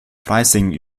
freising